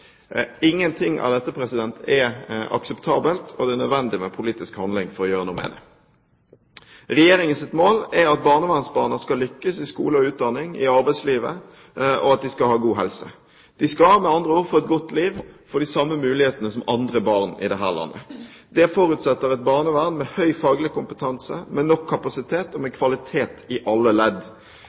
Ingenting av dette er akseptabelt, og det er nødvendig med politisk handling for å gjøre noe med det. Regjeringens mål er at barnevernsbarna skal lykkes i skole og utdanning, i arbeidslivet, og at de skal ha god helse. De skal med andre ord få et godt liv og få de samme mulighetene som andre barn i dette landet. Det forutsetter et barnevern med høy faglig kompetanse, med nok kapasitet og med kvalitet i alle ledd.